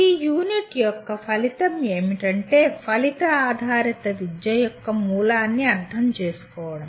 ఈ యూనిట్ యొక్క ఫలితం ఏమిటంటే ఫలిత ఆధారిత విద్య యొక్క మూలాన్ని అర్థం చేసుకోవడం